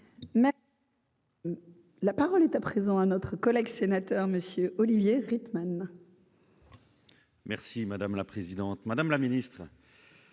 La parole est à présent à notre collègue sénateur, monsieur Olivier rythme. Merci madame la présidente, madame la Ministre,